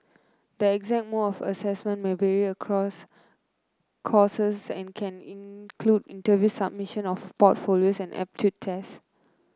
the exact mode of assessment may vary across courses and can include interviews submission of portfolios and aptitude tests